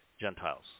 Gentiles